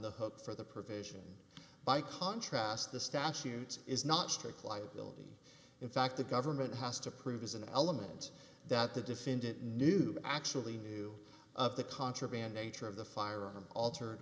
the hook for the provision by contrast the statute is not strict liability in fact the government has to prove is an element that the defendant knew actually knew of the contraband nature of the firearm altered